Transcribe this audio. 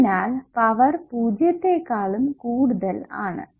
അതിനാൽ പവർ പൂജ്യത്തെക്കാളും കൂടുതൽ ആണ്